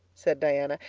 said diana.